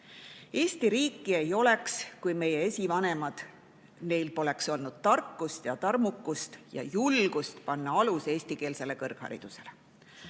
Eesti riiki ei oleks, kui meie esivanematel poleks olnud tarkust, tarmukust ja julgust panna alus eestikeelsele kõrgharidusele.